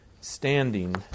standing